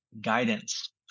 guidance